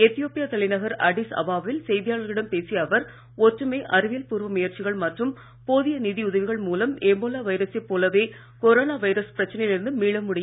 Ethiopia தலைநகர் Addis Ababa வில் செய்தியாளர்களிடம் பேசிய அவர் ஒற்றுமை அறிவியல்பூர்வ முயற்சிகள் மற்றும் போதிய நிதி உதவிகள் மூலம் எபோலா வைரசை போலவே கரோனா வைரஸ் பிரச்சனையில் இருந்தும் மீள முடியும் என்றார்